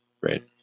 Right